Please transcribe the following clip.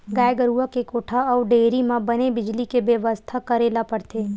गाय गरूवा के कोठा अउ डेयरी म बने बिजली के बेवस्था करे ल परथे